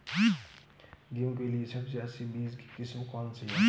गेहूँ के लिए सबसे अच्छी बीज की किस्म कौनसी है?